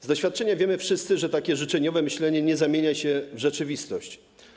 Z doświadczenia wszyscy wiemy, że takie życzeniowe myślenie nie zamienia się w rzeczywistość.